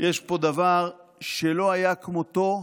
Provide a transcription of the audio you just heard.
יש פה דבר שלא היה כמותו,